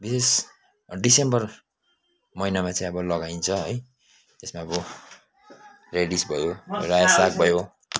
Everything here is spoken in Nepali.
विशेष डिसेम्बर महिनामा चाहिँ अब लगाइन्छ है यसमा अब रेडिस भयो रायो साग भयो